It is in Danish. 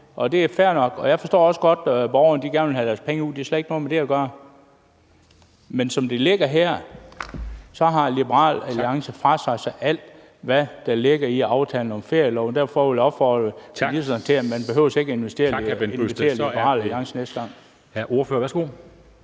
ret til. Jeg forstår også godt, at borgerne gerne vil have deres penge ud. Det har slet ikke noget med det at gøre. Men som det ligger her, har Liberal Alliance frasagt sig alt, hvad der ligger i aftalen om ferieloven. Derfor vil jeg opfordre ministeren til ikke at invitere Liberal Alliance næste gang.